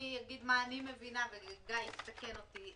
אני אגיד מה אני מבינה, וגיא, תתקן אותי.